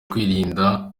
kwirinda